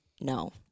no